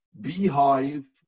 beehive